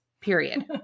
period